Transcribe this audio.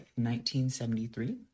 1973